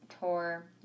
tour